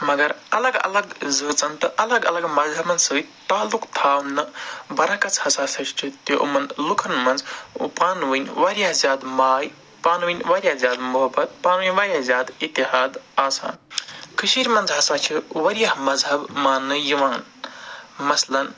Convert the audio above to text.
مگر الگ الگ زٲژَن تہٕ الگ الگ مَذہَبَن سۭتۍ تعلُق تھاونہٕ برعکس ہَسا سَہ چھِ تہِ یِمَن لُکَن مَنٛز پانہٕ ؤنۍ واریاہ زیادٕ ماے پانہٕ ؤنۍ واریاہ زیادٕ محبت پانہٕ ؤنۍ واریاہ زیادٕ اِتِحاد آسان کٔشیٖر مَنٛز ہَسا چھِ واریاہ مَذہَب مانٛنہٕ یِوان مَثلاً